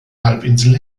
halbinsel